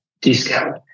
discount